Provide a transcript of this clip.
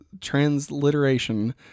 transliteration